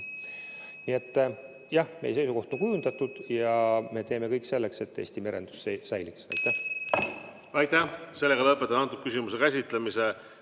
Jah, meie seisukoht on kujundatud ja me teeme kõik selleks, et Eesti merendus säiliks. Aitäh!